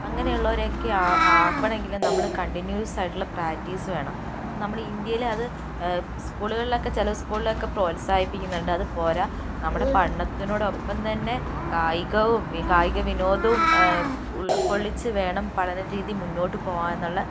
അങ്ങനെയുള്ളവരൊക്കെ ആക്കണമെങ്കിൽ നമ്മൾ കണ്ടിന്യൂസ് ആയിട്ടുള്ള പ്രാക്ടീസ് വേണം അപ്പം നമ്മുടെ ഇന്ത്യയിൽ അത് സ്കൂളുകളിലൊക്കെ ചില സ്കൂളുകളിലൊക്കെ പ്രോത്സാഹിപ്പിക്കുന്നുണ്ട് അതുപോരാ നമ്മുടെ പഠനത്തിനോടൊപ്പം തന്നെ കായികവും വി കായിക വിനോദവും ഉൾക്കൊള്ളിച്ച് വേണം പഠനരീതി മുന്നോട്ട് പോകാൻ എന്നുള്ള